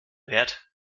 wert